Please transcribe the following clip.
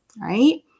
right